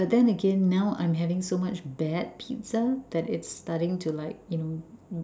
but then again now I'm having so much bad pizza that it's starting to like you know